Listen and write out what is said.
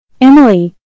Emily